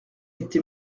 était